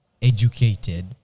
Educated